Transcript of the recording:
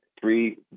three